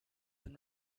and